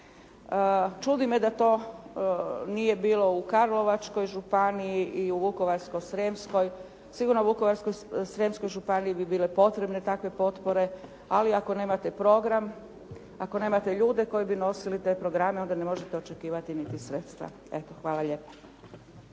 Čudi me da to nije bilo u Karlovačkoj županiji i Vukovarsko-srijemskoj. Sigurno u Vukovarsko-srijemskoj županiji bi bile potrebne takve potpore ali ako nemate program, ako nemate ljude koji bi nosili te programa nije za očekivati niti sredstva. Eto, hvala lijepa.